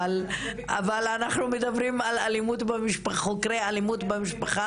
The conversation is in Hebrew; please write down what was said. אבל אנחנו מדברים על חוקרי אלימות במשפחה.